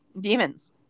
Demons